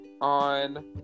on